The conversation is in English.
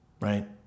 right